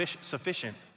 sufficient